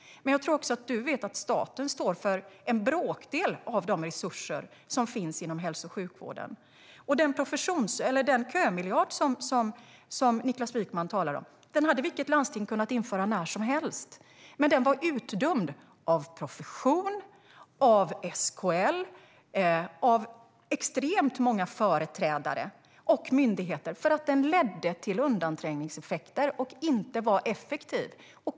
Men jag tror att du också vet att staten står för en bråkdel av resurserna inom hälso och sjukvården. Den kömiljard som Niklas Wykman talar om hade vilket landsting som helst kunnat införa när som helst. Men den var utdömd av professionen, SKL och många andra företrädare och myndigheter för att den ledde till undanträngningseffekter och inte var effektiv.